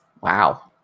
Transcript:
Wow